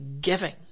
giving